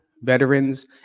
veterans